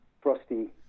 Frosty